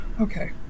okay